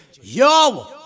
Yo